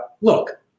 look